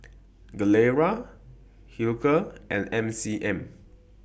Gilera Hilker and M C M